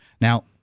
Now